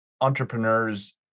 entrepreneurs